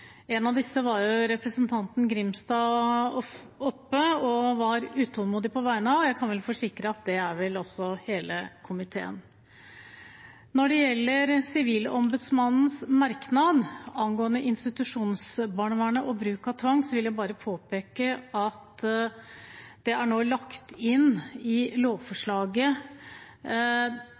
En av disse var representanten Grimstad oppe på talerstolen og var utålmodig på vegne av, og jeg kan forsikre om at det er vel også hele komiteen. Når det gjelder Sivilombudsmannens merknad angående institusjonsbarnevernet og bruk av tvang, vil jeg påpeke at det nå er lagt inn i lovforslaget